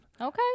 Okay